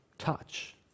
touch